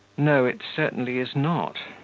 no, it certainly is not.